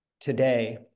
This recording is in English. today